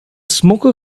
smoker